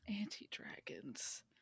anti-dragons